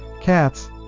cats